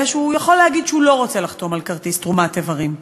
הוא יכול להגיד שהוא לא רוצה לחתום על כרטיס תרומת איברים,